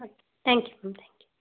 okay thank you ma'am thank you